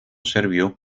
serbio